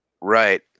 Right